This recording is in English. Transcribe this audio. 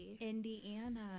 Indiana